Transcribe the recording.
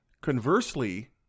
Conversely